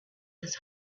his